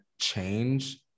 change